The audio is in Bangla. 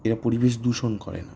এরা পরিবেশ দূষণ করে না